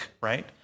Right